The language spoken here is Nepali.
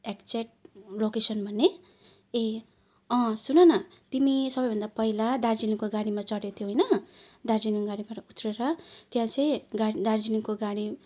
एक्जेक्ट लोकेसन भन्ने ए अँ सुनन तिमी सबैभन्दा पहिला दार्जिलिङको गाडीमा चढे थियौ होइन दार्जिलिङ गाडीबाट उत्रिएर त्यहाँ चाहिँ गा दार्जिलिङको गाडी